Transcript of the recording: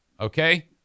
Okay